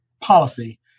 Policy